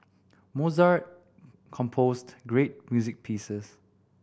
Mozart composed great music pieces